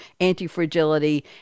anti-fragility